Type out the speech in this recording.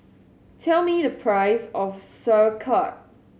tell me the price of Sauerkraut